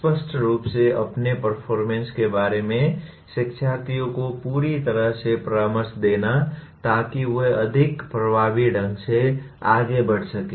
स्पष्ट रूप से अपने परफॉरमेंस के बारे में शिक्षार्थियों को पूरी तरह से परामर्श देना ताकि वे अधिक प्रभावी ढंग से आगे बढ़ सकें